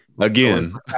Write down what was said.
Again